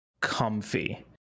comfy